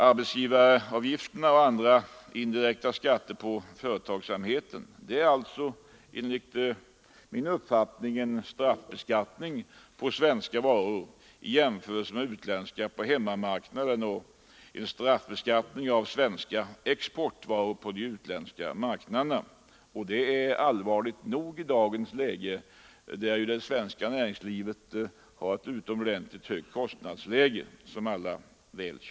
Arbetsgivaravgifterna och andra indirekta skatter på företagsamheten är enligt min uppfattning en straffbeskattning av svenska varor i jämförelse med utländska på hemmamarknaden och en straffbeskattning av svenska exportvaror på de utländska marknaderna. Detta är allvarligt nog i dagens läge, då det svenska näringslivet, som alla känner till, har ett utomordentligt högt kostnadsläge.